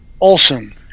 Olson